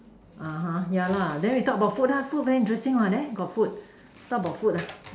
(uh huh) ya lah then we talk about food lah food very interesting what there got food talk about food lah